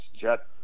jet